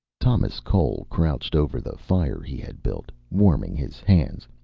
thomas cole crouched over the fire he had built, warming his hands.